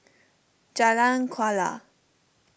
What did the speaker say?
Jalan Kuala